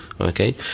okay